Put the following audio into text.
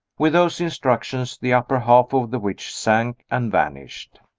with those instructions the upper half of the witch sank and vanished.